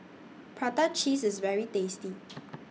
Prata Cheese IS very tasty